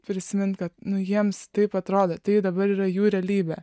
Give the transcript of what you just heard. prisimint kad nu jiems taip atrodo tai dabar yra jų realybė